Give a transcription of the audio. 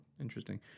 Interesting